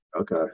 Okay